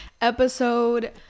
episode